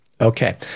Okay